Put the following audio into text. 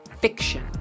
fiction